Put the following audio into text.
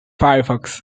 firefox